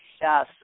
Yes